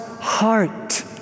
heart